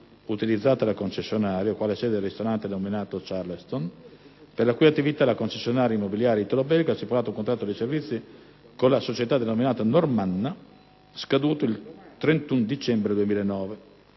utilizzata dal concessionario quale sede del ristorante denominato Charleston, per la cui attività la concessionaria Immobiliare italo-belga ha stipulato un contratto di servizi con la società denominata Normanna scaduto il 31 dicembre 2009.